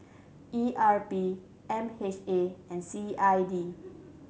E R P M H A and C I D